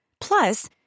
Plus